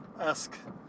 esque